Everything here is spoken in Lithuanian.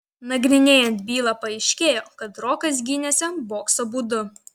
nagrinėjant bylą paaiškėjo kad rokas gynėsi bokso būdu